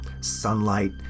Sunlight